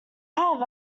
have